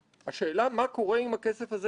סיימה את עבודתה ועדת חקירה